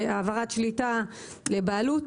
להעברת שליטה ובעלות,